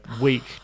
week